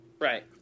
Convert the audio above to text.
Right